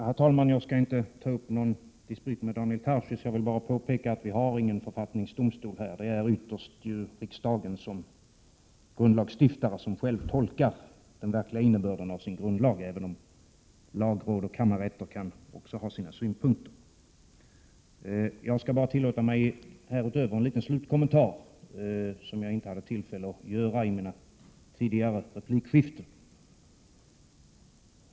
Herr talman! Jag skall inte ta upp någon dispyt med Daniel Tarschys. Jag vill bara påpeka att vi inte har någon författningsdomstol här i riksdagen. Ytterst är det riksdagen som stiftar grundlagar och som tolkar den verkliga innebörden av grundlagen, även om lagråd och kammarrätt kan ha sina synpunkter. Härutöver tillåter jag mig en liten slutkommentar, som jag inte hade tillfälle att göra i mina tidigare replikskiften.